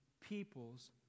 people's